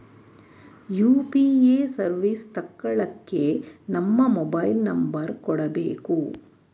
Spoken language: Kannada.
ಯು.ಪಿ.ಎ ಸರ್ವಿಸ್ ತಕ್ಕಳ್ಳಕ್ಕೇ ನಮ್ಮ ಮೊಬೈಲ್ ನಂಬರ್ ಕೊಡಬೇಕು